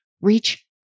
reach